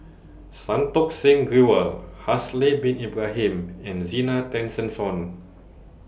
Santokh Singh Grewal Haslir Bin Ibrahim and Zena Tessensohn